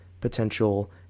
potential